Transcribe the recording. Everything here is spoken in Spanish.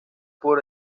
por